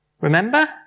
Remember